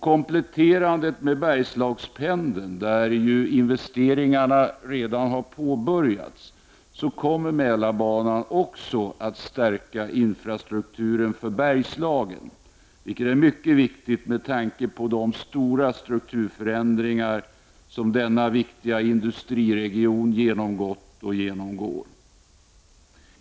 Kompletterad med Bergslagspendeln, där ju investeringarna redan har påbörjats, kommer Mälarbanan också att stärka infrastrukturen för Bergslagen, vilket är mycket viktigt med tanke på de stora strukturförändringar som denna viktiga industriregion genomgått och genomgår.